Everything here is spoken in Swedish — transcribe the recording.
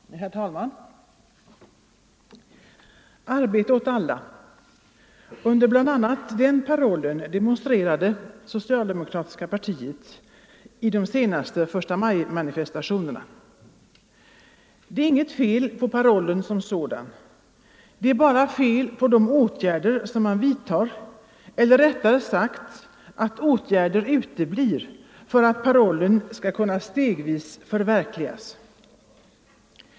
Herr talman! ”Arbete åt alla” — under bl.a. den parollen demonstrerade det socialdemokratiska partiet i de senaste förstamajmanifestationerna. Det är inget fel på parollen som sådan — det är bara fel på de åtgärder som man vidtar, eller rättare sagt att åtgärder för att stegvis förverkliga parollen uteblir.